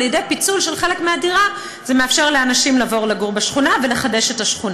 פיצול של חלק מהדירה מאפשר לאנשים לעבור לגור בשכונה ולחדש אותה.